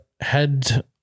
head